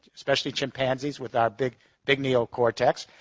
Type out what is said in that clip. especially chimpanzees with our big big neocortex.